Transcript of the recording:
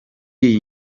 iyi